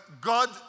God